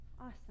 Awesome